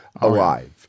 alive